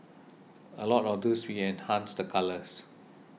a lot of tooth we enhanced the colours